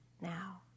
now